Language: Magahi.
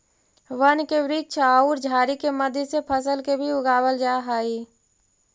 वन के वृक्ष औउर झाड़ि के मध्य से फसल के भी उगवल जा हई